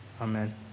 Amen